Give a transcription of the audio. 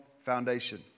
foundation